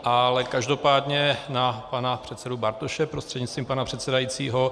Ale každopádně na pana předsedu Bartoše prostřednictvím pana předsedajícího.